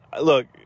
look